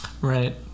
Right